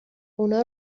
اونا